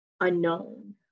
unknown